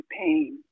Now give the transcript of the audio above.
pain